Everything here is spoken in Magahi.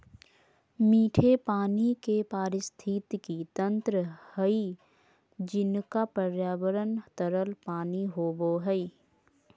मीठे पानी के पारिस्थितिकी तंत्र हइ जिनका पर्यावरण तरल पानी होबो हइ